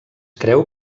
creu